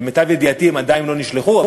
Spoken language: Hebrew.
למיטב ידיעתי הם עדיין לא נשלחו,